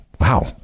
Wow